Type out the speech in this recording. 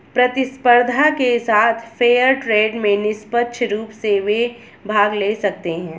प्रतिस्पर्धा के साथ फेयर ट्रेड में निष्पक्ष रूप से वे भाग ले सकते हैं